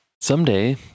Someday